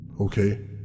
Okay